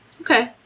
Okay